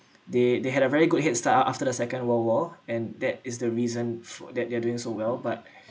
they they had a very good headstart a~ after the second world war and that is the reason for that they're doing so well but